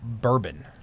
bourbon